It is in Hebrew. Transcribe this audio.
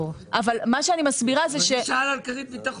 הוא נשאל על כרית ביטחון.